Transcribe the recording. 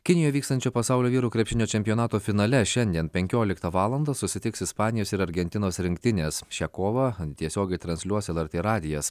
kinijoje vykstančio pasaulio vyrų krepšinio čempionato finale šiandien penkioliktą valandą susitiks ispanijos ir argentinos rinktinės šią kovą tiesiogiai transliuos lrt radijas